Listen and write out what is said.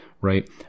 right